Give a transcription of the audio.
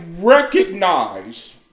recognize